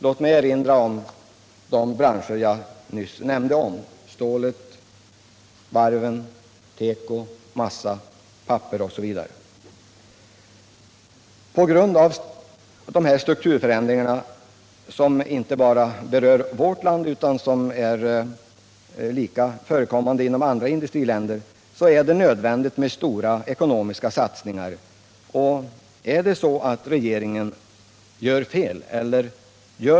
Låt mig erinra om de branscher jag nyss nämnde: stålet, varven, teko, massa, papper m.fl. På grund av de här strukturförändringarna, som inte bara berör vårt land utan också andra industriländer, är det nödvändigt med stora ekonomiska satsningar.